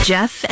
Jeff